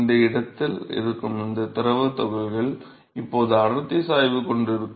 இந்த இடத்தில் இருக்கும் இந்த திரவ துகள்கள் இப்போது அடர்த்தி சாய்வு கொண்டிருக்கும்